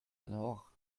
alors